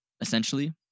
essentially